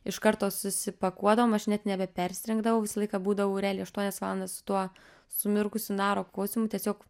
iš karto susipakuodavom aš net nebepersirengdavau visą laiką būdavau realiai aštuonias valandas su tuo sumirkusiu naro kostiumu tiesiog